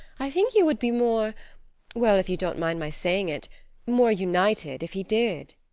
i think you would be more well, if you don't mind my saying it more united, if he did.